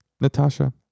Natasha